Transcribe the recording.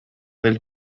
del